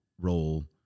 role